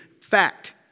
Fact